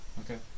Okay